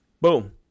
Boom